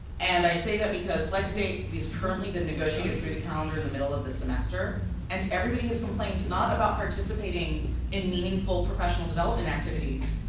and i say that because flex day is currently negotiated through the calendar in the middle of the semester and everybody has complained to not about participating in meaningful professional development activities.